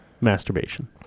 Masturbation